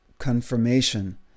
confirmation